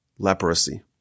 Leprosy